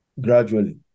Gradually